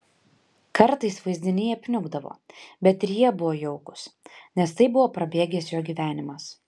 kartais vaizdiniai apniukdavo bet ir jie buvo jaukūs nes tai buvo prabėgęs jo gyvenimas